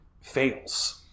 fails